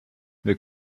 wir